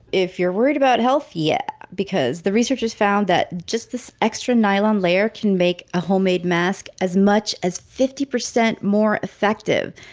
if you're worried about health, yeah because the researchers found that just this extra nylon layer can make a homemade mask as much as fifty percent more effective.